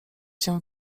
się